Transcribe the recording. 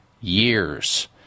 years